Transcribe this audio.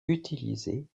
utilisés